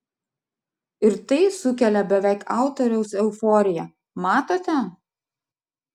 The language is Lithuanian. ir tai sukelia beveik autoriaus euforiją matote